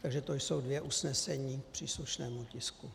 Takže to jsou dvě usnesení k příslušnému tisku.